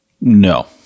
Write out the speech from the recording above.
No